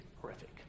horrific